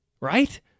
Right